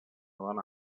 dona